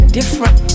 different